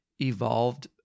evolved